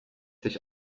sich